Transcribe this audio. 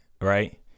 Right